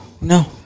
No